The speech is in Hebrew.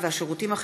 התשע"ח 2017,